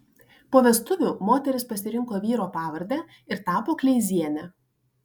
po vestuvių moteris pasirinko vyro pavardę ir tapo kleiziene